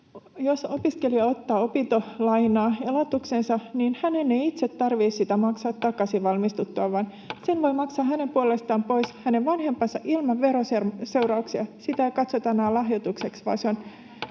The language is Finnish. jos opiskelija ottaa opintolainaa elatukseensa, niin hänen ei itse tarvitse sitä maksaa takaisin valmistuttuaan, vaan sen voi maksaa hänen puolestaan pois hänen vanhempansa ilman veroseurauksia. Sitä ei katsota enää lahjoitukseksi, vaan se on